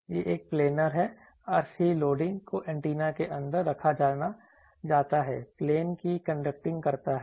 तो यह एक प्लैनर है RC लोडिंग को एंटेना के अंदर रखा जाता है प्लेन की कंडक्टिंग करता है